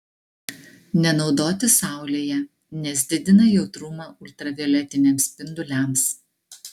nenaudoti saulėje nes didina jautrumą ultravioletiniams spinduliams